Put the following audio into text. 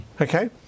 okay